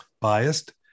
biased